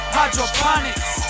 Hydroponics